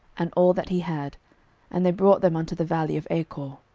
and all that he had and they brought them unto the valley of achor.